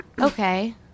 okay